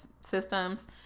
systems